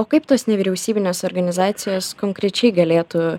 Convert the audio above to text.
o kaip tos nevyriausybinės organizacijos konkrečiai galėtų